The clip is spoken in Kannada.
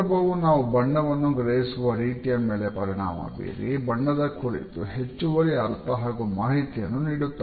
ಸಂದರ್ಭವು ನಾವು ಬಣ್ಣವನ್ನು ಗ್ರಹಿಸುವ ರೀತಿಯ ಮೇಲೆ ಪರಿಣಾಮ ಬೀರಿ ಬಣ್ಣದ ಕುರಿತು ಹೆಚ್ಚುವರಿ ಅರ್ಥ ಹಾಗೂ ಮಾಹಿತಿಯನ್ನು ನೀಡುತ್ತದೆ